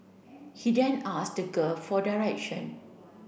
he then asked the girl for direction